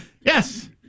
Yes